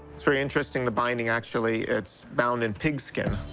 it's very interesting. the binding, actually, it's bound in pigskin.